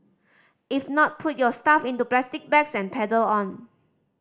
if not put your stuff into plastic bags and pedal on